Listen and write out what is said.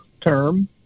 term